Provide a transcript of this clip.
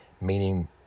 meaning